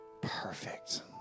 perfect